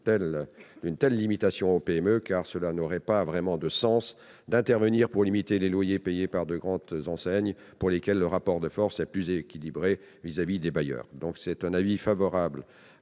d'une telle limitation aux PME, car il n'y aurait pas vraiment de sens à intervenir sur les loyers payés par de grandes enseignes, pour lesquelles le rapport de force est plus équilibré vis-à-vis des bailleurs. La commission émet donc un avis favorable